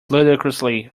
ludicrously